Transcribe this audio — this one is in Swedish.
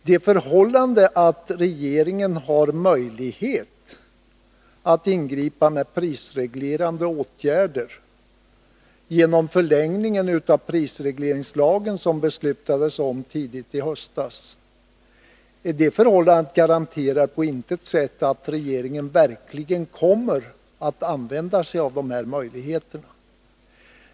Det förhållandet att regeringen har möjlighet att ingripa med prisreglerande åtgärder — genom den förlängning av prisregleringslagen som beslutades tidigt i höstas — garanterar på intet sätt att regeringen verkligen kommer att använda sig av de möjligheterna.